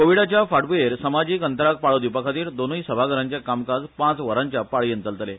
कोविडाच्या फांटभूयेर समाजिक अंतराक पाळो दिवपाखातीर दोनूय सभाघरांचे कामकाज पाच वरांच्या पाळर्यन चलतले